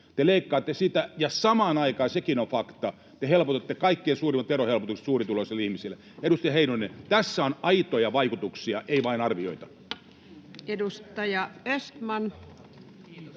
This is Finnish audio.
Te leikkaatte sitä, ja samaan aikaan, sekin on fakta, te annatte kaikkein suurimmat verohelpotukset suurituloisille ihmisille. Edustaja Heinonen, tässä on aitoja vaikutuksia, ei vain arvioita. [Timo Heinonen: Kiitos,